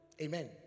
Amen